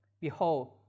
Behold